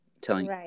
telling